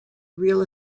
real